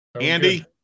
Andy